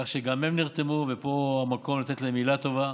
כך שגם הן נרתמו, ופה המקום לומר להן מילה טובה.